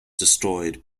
destroyed